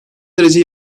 derece